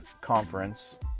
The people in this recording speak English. Conference